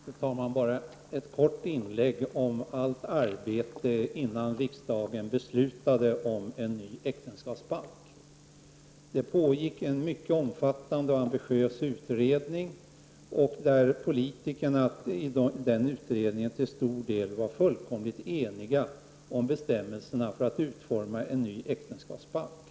Fru talman! Jag skall i detta korta inlägg säga något om allt arbete som genomfördes innan riksdagen beslutade om en ny äktenskapsbalk. Det gjordes en mycket omfattande och ambitiös utredning, och politikerna i den utredningen var till stor del eniga om bestämmelsernas utformning i en ny äk tenskapsbalk.